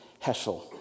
Heschel